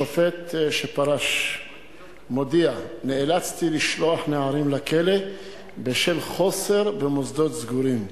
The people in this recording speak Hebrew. שופט שפרש מודיע: נאלצתי לשלוח נערים לכלא בשל חוסר במוסדות סגורים.